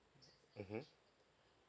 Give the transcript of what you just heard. mmhmm